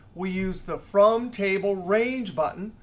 we use the from table range button,